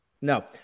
No